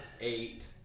eight